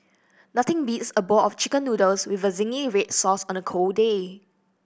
nothing beats a bowl of Chicken Noodles with zingy red sauce on a cold day